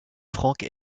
franque